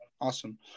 Awesome